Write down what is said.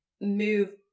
Move